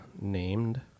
named